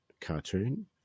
cartoon